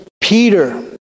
Peter